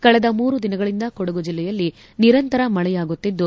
ಕಳೆದ ಮೂರು ದಿನಗಳಿಂದ ಕೊಡುಗು ಜಿಲೆಯಲ್ಲಿ ನಿರಂತರ ಮಳೆಯಾಗುತ್ತಿದ್ದು